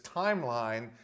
timeline